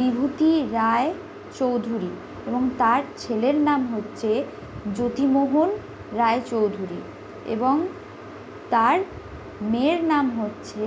বিভূতি রায়চৌধুরী এবং তার ছেলের নাম হচ্ছে যতিমোহন রায়চৌধুরী এবং তার মেয়ের নাম হচ্ছে